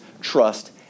trust